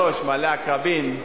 --- 1953, מעלה-העקרבים.